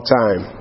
time